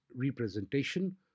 representation